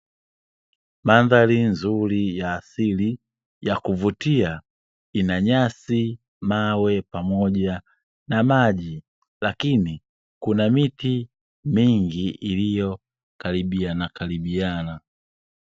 Mandhari nzuri ya asili ya kuvutia, ina nyasi, mawe pamoja na maji, lakini kuna miti mingi iliyo karibiana karibiana.